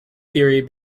theory